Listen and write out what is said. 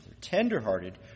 tenderhearted